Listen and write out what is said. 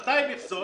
200 מכסות,